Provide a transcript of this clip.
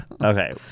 okay